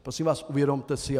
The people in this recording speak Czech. Prosím vás, uvědomte si to.